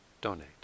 donate